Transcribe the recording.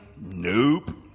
Nope